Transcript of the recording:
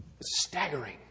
staggering